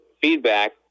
feedback